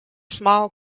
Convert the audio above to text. small